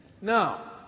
No